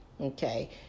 Okay